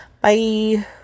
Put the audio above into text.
Bye